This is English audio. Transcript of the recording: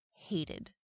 hated